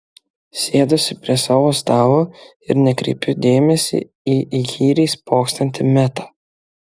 sėduosi prie savo stalo ir nekreipiu dėmesio į įkyriai spoksantį metą